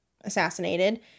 assassinated